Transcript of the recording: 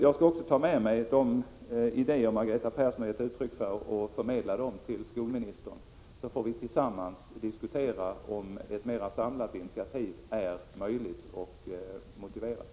Jag skall också ta med mig de idéer Margareta Persson har gett uttryck för och förmedla dem till skolministern, så får vi tillsammans diskutera om ett mer samlat initiativ är möjligt och motiverat.